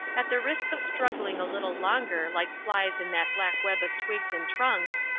at the risk of struggling a little longer like flies in that black web of twigs and trunks,